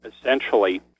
essentially